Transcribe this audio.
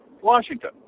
washington